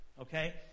okay